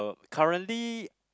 currently